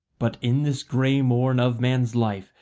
but in this grey morn of man's life,